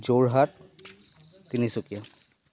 Jorhat Tinsukia